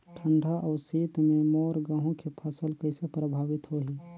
ठंडा अउ शीत मे मोर गहूं के फसल कइसे प्रभावित होही?